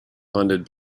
funded